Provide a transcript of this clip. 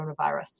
coronavirus